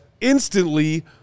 instantly